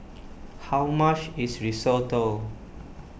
how much is Risotto